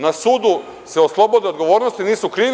Na sudu se oslobode od odgovornosti nisu krivi.